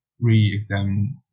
Re-examine